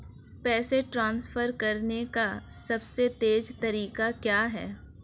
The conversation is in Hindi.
पैसे ट्रांसफर करने का सबसे तेज़ तरीका क्या है?